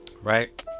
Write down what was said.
Right